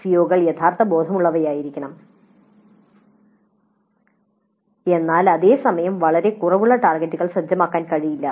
സിഒകൾ യാഥാർത്ഥ്യബോധമുള്ളതായിരിക്കണം എന്നാൽ അതേ സമയം വളരെ കുറവുള്ള ടാർഗെറ്റുകൾ സജ്ജമാക്കാൻ കഴിയില്ല